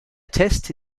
test